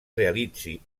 realitzi